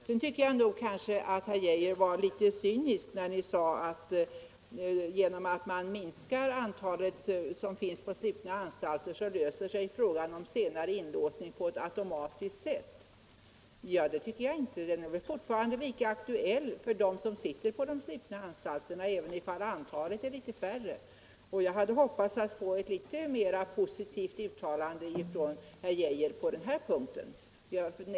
Sedan tycker jag att herr Geijer var litet cynisk när han sade att om man minskar antalet intagna på slutna anstalter så löser sig frågan om senare inlåsning på ett automatiskt sätt. Det tycker jag inte. Den frågan är väl fortfarande lika aktuell för dem som sitter på de slutna anstalterna, även om de till antalet är färre.